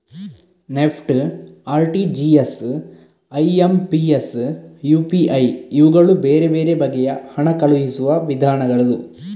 NEFT, RTGS, IMPS, UPI ಇವುಗಳು ಬೇರೆ ಬೇರೆ ಬಗೆಯ ಹಣ ಕಳುಹಿಸುವ ವಿಧಾನಗಳು